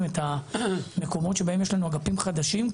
את המקומות שבהם יש לנו אגפים חדשים,